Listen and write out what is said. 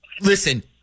Listen